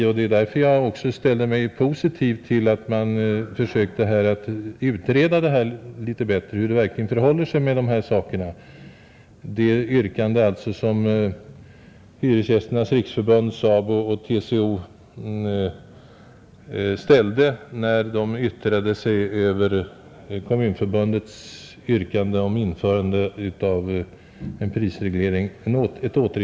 Det är också därför jag ställer mig positiv till att man försöker att utreda litet bättre hur det verkligen förhåller sig med detta i anslutning till det yrkande som Hyresgästernas riksförbund, SABO och TCO ställde när de yttrade sig över Kommunförbundets yrkande om återinförande av prisreglering.